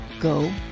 go